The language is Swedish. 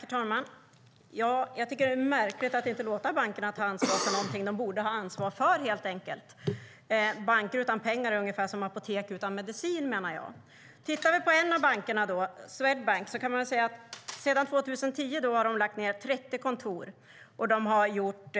Herr talman! Det är märkligt att inte låta bankerna ta ansvar för något de borde ha ansvar för. Banker utan pengar är som apotek utan mediciner, menar jag. Sedan 2010 har Swedbank lagt ned 30 kontor och gjort